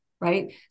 right